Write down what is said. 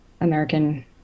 American